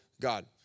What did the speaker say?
God